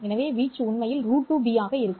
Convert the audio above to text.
எனவே வீச்சு உண்மையில் √2b ஆக இருக்கும்